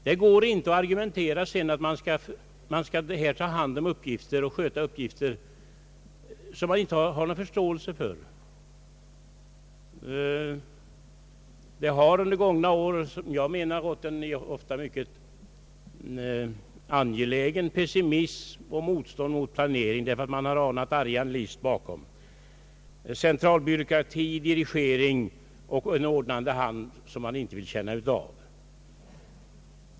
Det går helt enkelt inte att sedan argumentera för att man i kommunerna skall förverkliga en plan som man inte har någon förståelse för. Det har under gångna år rått en ofta mycket befogad pessimism och ett stort motstånd mot planering, därför att man har anat argan list bakom, centralbyråkrati, dirigering och en ordnande hand som man inte vill känna av.